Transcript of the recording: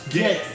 get